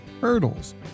hurdles